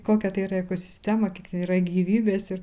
kokia tai yra ekosistema kiek yra gyvybės ir